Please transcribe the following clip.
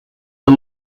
the